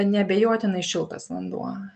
neabejotinai šiltas vanduo